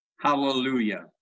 hallelujah